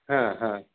हां हां